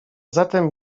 zatem